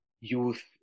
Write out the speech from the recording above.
youth